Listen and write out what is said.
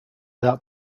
that